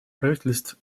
правительств